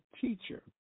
teacher